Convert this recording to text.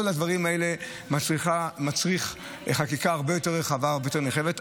כל הדברים האלה מצריכים חקיקה הרבה יותר רחבה והרבה יותר נרחבת.